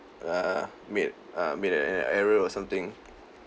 err made a made a an error or something